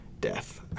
death